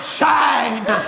shine